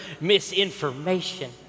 misinformation